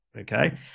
okay